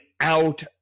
out